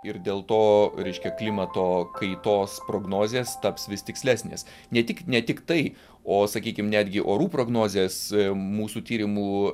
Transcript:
ir dėl to reiškia klimato kaitos prognozės taps vis tikslesnės ne tik ne tiktai o sakykim netgi orų prognozės mūsų tyrimų